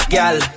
Gyal